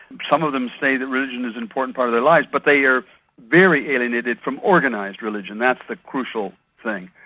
some of them say that religion is an important part of their lives, but they are very alienated from organised religion, that's the crucial thing.